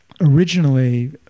originally